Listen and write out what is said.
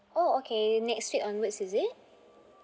oh okay the next week onwards is it